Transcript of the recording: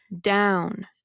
down